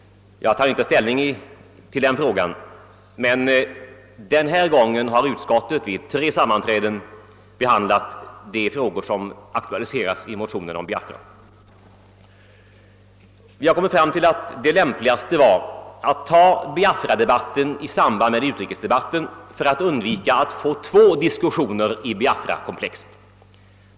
Jag tar inte ställning till detta påstående; denna gång har utskottet vid tre sammanträden behandlat de frågor som aktualiserats i motionerna om Biafra. Vi kom fram till att det lämpligaste var att ta debatten om Biafra i samband med utrikesdebatten för att undvika att få två diskussioner om Biafrakomplexet.